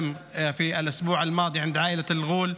היה הרס גם בשבוע שעבר אצל משפחת אל-ע'ול.